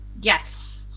Yes